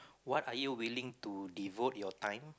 what are you willing to devote your time